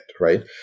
right